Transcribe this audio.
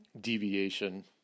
Deviation